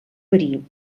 verí